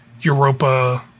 Europa